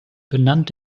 benannt